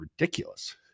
ridiculous